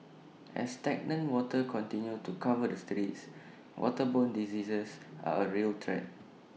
as stagnant water continue to cover the streets waterborne diseases are A real threat